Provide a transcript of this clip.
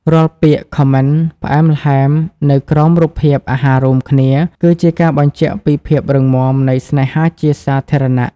រាល់ពាក្យ Comment ផ្អែមល្ហែមនៅក្រោមរូបភាពអាហាររួមគ្នា គឺជាការបញ្ជាក់ពីភាពរឹងមាំនៃស្នេហាជាសាធារណៈ។